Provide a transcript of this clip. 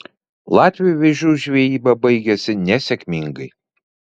latviui vėžių žvejyba baigėsi nesėkmingai